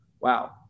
wow